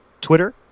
twitter